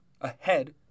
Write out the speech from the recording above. ahead